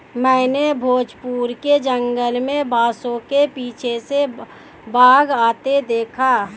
मैंने भोजपुर के जंगल में बांसों के पीछे से बाघ आते देखा